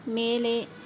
மேலே